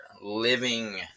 living